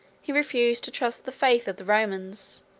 he refused to trust the faith of the romans,